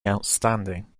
outstanding